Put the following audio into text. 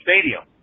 stadium